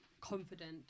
confident